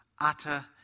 utter